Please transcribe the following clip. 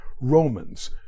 Romans